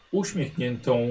uśmiechniętą